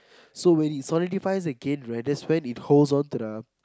so when it solidifies again right that's when it holds on to the